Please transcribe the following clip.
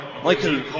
Michael